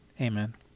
Amen